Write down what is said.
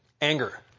Anger